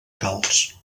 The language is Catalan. calç